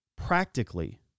practically